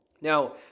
Now